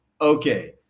Okay